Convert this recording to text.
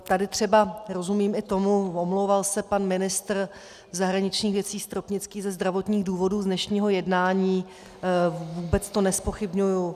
Tady třeba rozumím i tomu omlouval se pan ministr zahraničních věcí Stropnický ze zdravotních důvodů z dnešního jednání, vůbec to nezpochybňuji.